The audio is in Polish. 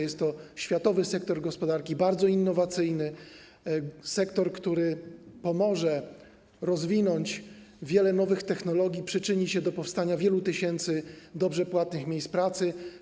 Jest to światowy sektor gospodarki, bardzo innowacyjny, który pomoże rozwinąć wiele nowych technologii, przyczyni się do powstania wielu tysięcy dobrze płatnych miejsc pracy.